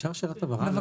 אפשר שאלת הבהרה?